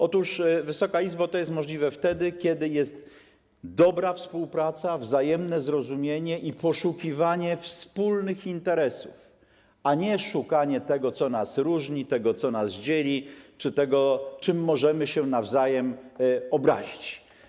Otóż, Wysoka Izbo, jest to możliwe wtedy, kiedy jest dobra współpraca, wzajemne zrozumienie i poszukiwanie wspólnych interesów, a nie szukanie tego, co nas różni, tego, co nas dzieli, czy tego, czym możemy się nawzajem obrazić.